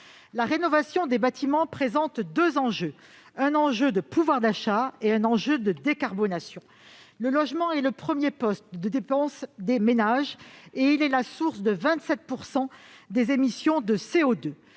La rénovation des bâtiments présente deux enjeux : un enjeu de pouvoir d'achat et un enjeu de décarbonation. Le logement est le premier poste de dépenses des ménages et il est la source de 27 % des émissions de CO2.